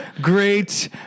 great